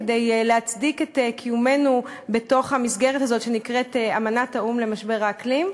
כדי להצדיק את קיומנו בתוך המסגרת הזאת שנקראת אמנת האו"ם למשבר האקלים.